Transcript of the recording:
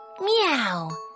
meow